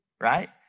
right